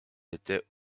était